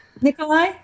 Nikolai